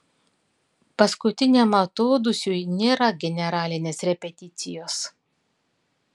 paskutiniam atodūsiui nėra generalinės repeticijos